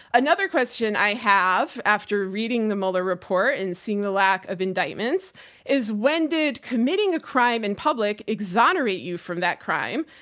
another question i have after reading the mueller report and seeing the lack of indictments is when did committing a crime in public exonerate you from that crime?